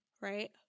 Right